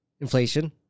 inflation